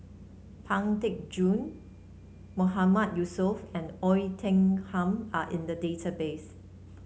Pang Teck Joon Mahmood Yusof and Oei Tiong Ham are in the database